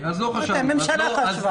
רק הממשלה חשבה.